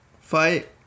fight